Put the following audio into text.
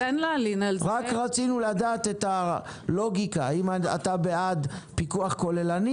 רק רצינו לדעת את הלוגיקה: האם אתם בעד פיקוח כוללני?